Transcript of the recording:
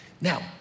Now